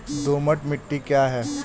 दोमट मिट्टी क्या है?